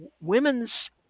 women's